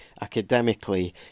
academically